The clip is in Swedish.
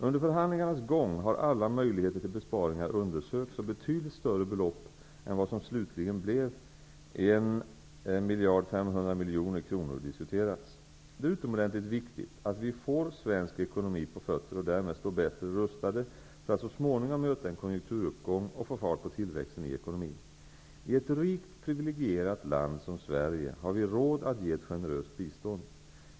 Under förhandlingarnas gång har alla möjligheter till besparingar undersökts och betydligt större belopp än vad som slutligen blev Det är utomordentligt viktigt att vi får svensk ekonomi på fötter och därmed står bättre rustade för att så småningom möta en konjunkturuppgång och få fart på tillväxten i ekonomin. I ett rikt privilegierat land som Sverige har vi råd att ge ett generöst bistånd.